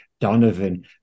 Donovan